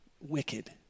wicked